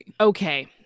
Okay